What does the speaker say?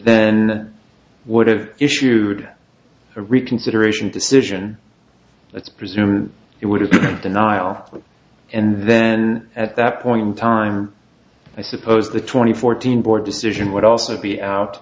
then would have issued a reconsideration decision let's presume it would have been denial and then at that point in time i suppose the twenty fourteen board decision would also be out